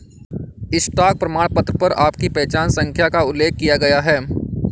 stock प्रमाणपत्र पर आपकी पहचान संख्या का उल्लेख किया गया है